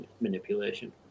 manipulation